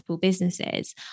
businesses